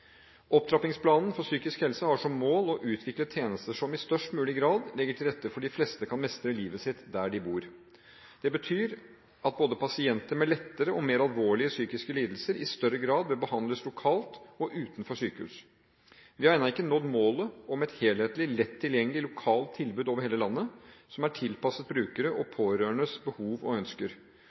Opptrappingsplanen for psykisk helse har som mål å utvikle tjenester som i størst mulig grad legger til rette for at de fleste skal kunne mestre livet sitt der de bor. Det betyr at pasienter med både lettere og mer alvorlige psykiske lidelser i større grad bør behandles lokalt og utenfor sykehus. Vi har ennå ikke nådd målet om et helhetlig, lett tilgjengelig, lokalt tilbud over hele landet som er tilpasset brukernes og pårørendes behov og ønsker.